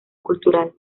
cultural